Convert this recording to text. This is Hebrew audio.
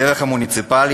דרך המערכת המוניציפלית.